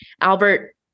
Albert